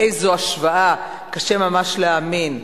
איזו השוואה, קשה ממש להאמין.